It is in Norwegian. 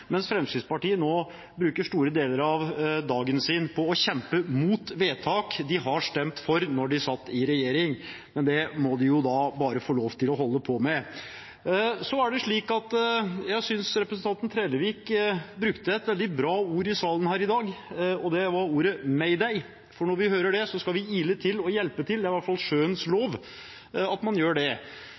mens Fremskrittspartiet nå bruker store deler av dagen på å kjempe mot vedtak de har stemt for da de satt i regjering. Men det må de jo bare får lov til å holde på med. Jeg synes representanten Trellevik brukte et veldig bra ord i salen her i dag, nemlig ordet «mayday». For når vi hører det, skal vi ile til og hjelpe – det er i hvert fall sjøens lov at man gjør det.